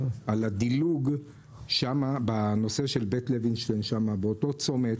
על הדילוג שם בנושא של בית לוינשטיין באותו צומת